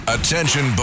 Attention